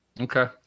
Okay